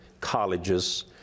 colleges